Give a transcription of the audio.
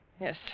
Yes